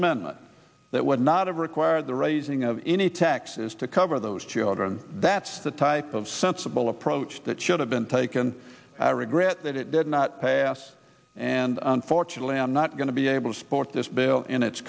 amendment that would not require the raising of any taxes to cover those children that's the type of sensible approach that should have been taken i regret that it did not pass and unfortunately i'm not going to be able to support this bill in its